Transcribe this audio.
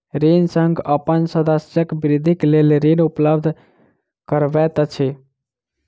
ऋण संघ अपन सदस्यक वृद्धिक लेल ऋण उपलब्ध करबैत अछि